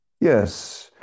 yes